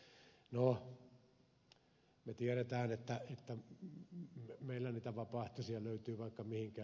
no me tiedämme että meillä niitä vapaaehtoisia löytyy vaikka mihinkä